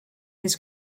his